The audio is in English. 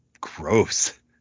gross